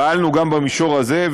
פעלנו גם במישור הזה,